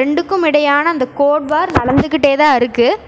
ரெண்டுக்கும் இடையான அந்த கோட் வார் நடந்துகிட்டே தான் இருக்குது